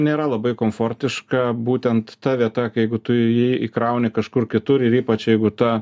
nėra labai komfortiška būtent ta vieta jeigu tu jį įkrauni kažkur kitur ir ypač jeigu ta